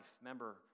Remember